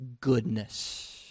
goodness